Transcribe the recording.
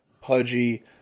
pudgy